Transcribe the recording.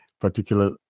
particular